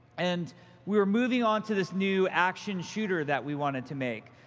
and we were moving on to this new action-shooter that we wanted to make.